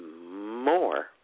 more